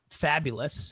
fabulous